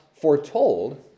foretold